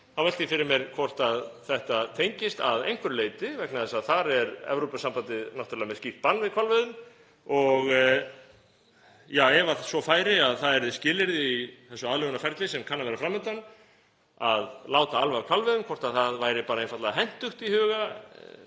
ég því fyrir mér hvort þetta tengist að einhverju leyti, vegna þess að þar er Evrópusambandið náttúrlega með skýrt bann við hvalveiðum og ja, ef svo færi að það yrði skilyrði í þessu aðlögunarferli sem kann að vera fram undan að láta alveg af hvalveiðum, hvort það væri bara einfaldlega hentugt í huga